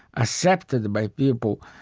accepted by people,